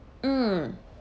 mm